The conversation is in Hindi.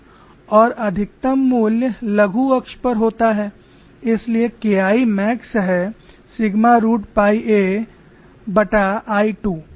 और अधिकतम मूल्य लघु अक्ष पर होता है इसलिए K I मैक्स है sigma root pi a I 2